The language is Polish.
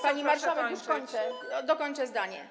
Pani marszałek, już kończę, dokończę zdanie.